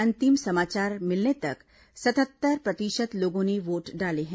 अंतिम समाचार मिलने तक करीब सतहत्तर प्रतिशत लोगों ने वोट डाले हैं